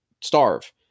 starve